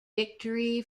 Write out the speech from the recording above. victory